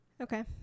Okay